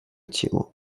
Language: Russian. тему